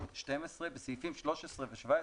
בסעיפים 13 ו-17,